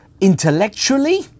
intellectually